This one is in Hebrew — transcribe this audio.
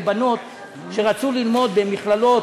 לבנות שרצו ללמוד במכללות,